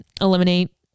eliminate